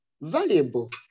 valuable